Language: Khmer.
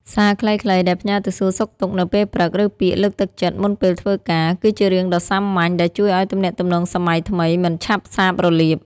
សារខ្លីៗដែលផ្ញើទៅសួរសុខទុក្ខនៅពេលព្រឹក ឬពាក្យលើកទឹកចិត្តមុនពេលធ្វើការ គឺជារឿងដ៏សាមញ្ញដែលជួយឱ្យទំនាក់ទំនងសម័យថ្មីមិនឆាប់សាបរលាប។